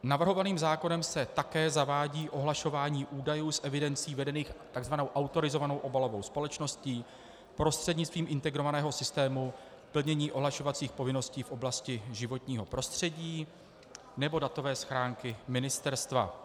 Navrhovaným zákonem se také zavádí ohlašování údajů z evidencí vedených tzv. autorizovanou obalovou společností prostřednictvím integrovaného systému plnění ohlašovacích povinností v oblasti životního prostředí nebo datové schránky ministerstva.